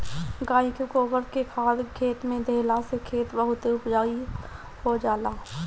गाई के गोबर के खाद खेते में देहला से खेत बहुते उपजाऊ हो जाला